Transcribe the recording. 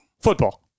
Football